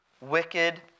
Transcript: wicked